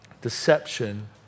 deception